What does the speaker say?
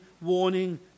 warning